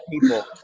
people